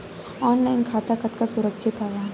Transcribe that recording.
Online खाता कतका सुरक्षित हवय?